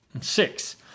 six